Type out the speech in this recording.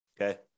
okay